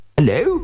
Hello